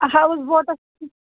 house بوٹَس